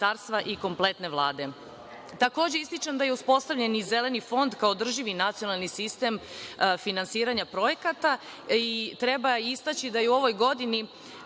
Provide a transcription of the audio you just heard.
i kompletne Vlade. Takođe ističem da je uspostavljen Zeleni fond, kao održivi nacionalni sistem finansiranja projekata. Treba istaći da je u ovoj godini